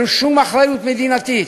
ללא שום אחריות מדינתית,